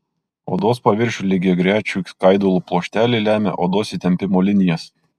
odos paviršiui lygiagrečių skaidulų pluošteliai lemia odos įtempimo linijas